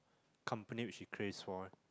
company which he craves for